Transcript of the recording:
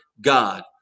God